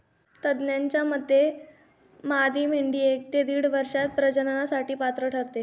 तज्ज्ञांच्या मते मादी मेंढी एक ते दीड वर्षात प्रजननासाठी पात्र ठरते